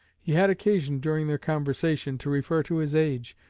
he had occasion during their conversation to refer to his age,